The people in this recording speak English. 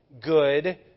good